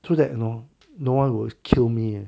so that you know no one would kill me eh